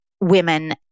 women